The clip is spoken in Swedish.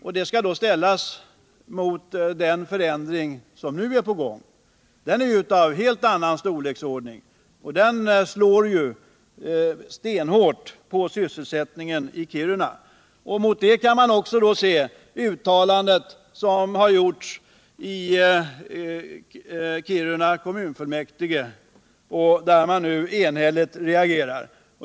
Och detta kan ställas mot den förändring som nu är på gång — som är av helt annan storleksordning och slår benhårt mot sysselsättningen i Kiruna. Det hela kan också ses mot ett uttalande som gjorts i Kiruna kommunfullmäktige, där man nu enhälligt reagerar.